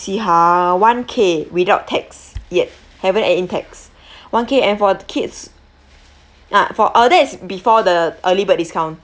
see ha one k without tax yup haven't add in tax one K and for the kids ah for uh that is before the early bird discount